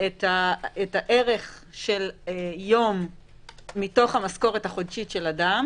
את הערך של יום מתוך המשכורת החודשית של האדם